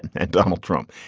and donald trump,